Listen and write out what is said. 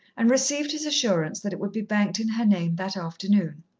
and received his assurance that it would be banked in her name that afternoon.